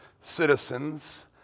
citizens